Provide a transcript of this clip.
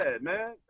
man